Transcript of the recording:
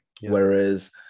Whereas